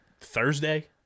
thursday